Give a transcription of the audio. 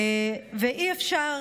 אי-אפשר